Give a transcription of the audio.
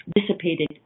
dissipated